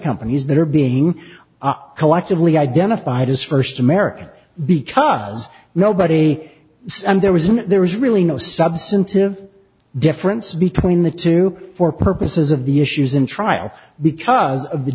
companies that are being collectively identified as first american because nobody there was and there was really no substantive difference between the two for purposes of the issues in trial because